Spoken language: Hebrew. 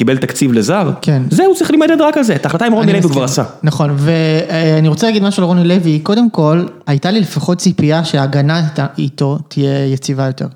קיבל תקציב לזר, זהו צריך להימדד רק על זה, את ההחלטה עם רוני לוי הוא כבר עשה. נכון, ואני רוצה להגיד משהו על רוני לוי, קודם כל הייתה לי לפחות ציפייה שההגנה איתו תהיה יציבה יותר.